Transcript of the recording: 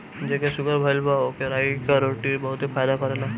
जेके शुगर भईल बा ओकरा के रागी कअ रोटी बहुते फायदा करेला